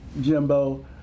Jimbo